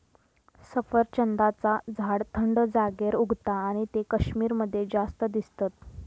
सफरचंदाचा झाड थंड जागेर उगता आणि ते कश्मीर मध्ये जास्त दिसतत